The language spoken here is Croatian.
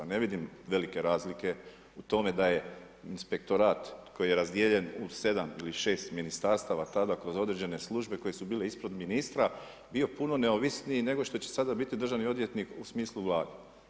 Ne vidim velike razlike u tome da je inspektorat koji je razdijeljen u 7 ili 6 ministarstava tada kroz određene službe koje su bile ispod ministra bio puno neovisniji nego što će sada biti državni odvjetnik u smislu Vlade.